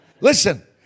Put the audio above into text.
Listen